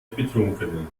betrunkene